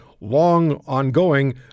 long-ongoing